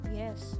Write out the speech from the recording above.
yes